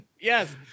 Yes